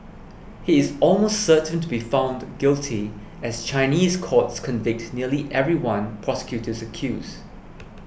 he is almost certain to be found guilty as Chinese courts convict nearly everyone prosecutors accuse